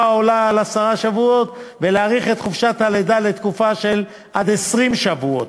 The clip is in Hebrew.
העולה על עשרה שבועות ולהאריך את חופשת הלידה לתקופה של עד 20 שבועות.